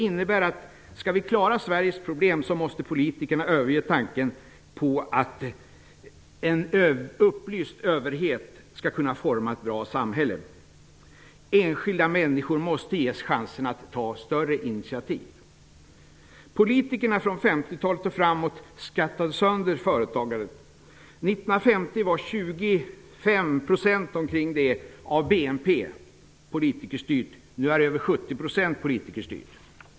Om vi skall klara av Sveriges problem måste politikerna överge tanken på att en upplyst överhet skall kunna forma ett bra samhälle. Enskilda människor måste ges chansen att ta större initiativ. Politikerna från 50-talet och framåt skattade sönder företagare. År 1950 var ca 25 % av BNP politikerstyrt. Nu är över 70 % politikerstyrt.